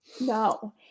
No